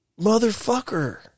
motherfucker